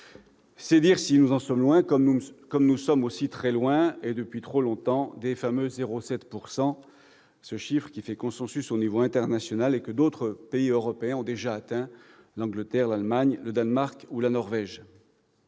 C'est dire si nous en sommes loin, comme nous sommes aussi très loin, et depuis trop longtemps, des fameux 0,7 %, ce chiffre qui fait consensus au niveau international et que d'autres pays européens, le Royaume-Uni, l'Allemagne, le Danemark ou la Norvège,